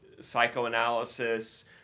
psychoanalysis